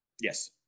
yes